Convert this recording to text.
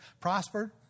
prospered